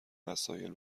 وسایل